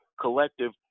collective